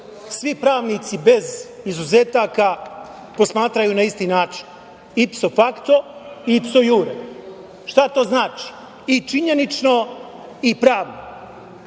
svi pravnici, bez izuzetaka, posmatraju na isti način - ipso facto ipso jure. Šta to znači? I činjenično i pravno. Mi